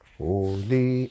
holy